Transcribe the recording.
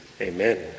amen